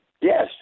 Yes